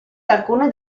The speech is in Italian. alcune